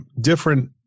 different